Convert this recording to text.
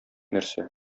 нәрсә